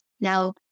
Now